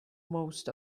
most